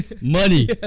money